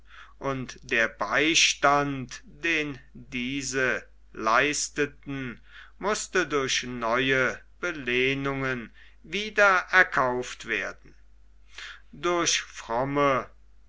und der beistand den diese leisteten mußte durch neue belehnungen wieder erkauft werden durch fromme